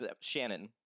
Shannon